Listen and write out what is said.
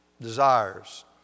desires